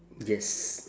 yes